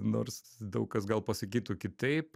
nors daug kas gal pasakytų kitaip